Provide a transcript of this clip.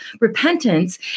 repentance